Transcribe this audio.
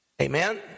Amen